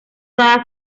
dada